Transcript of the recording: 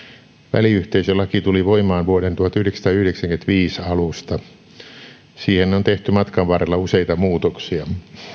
väliyhteisölaki tuli voimaan vuoden tuhatyhdeksänsataayhdeksänkymmentäviisi alusta siihen on tehty matkan varrella useita muutoksia